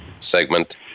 segment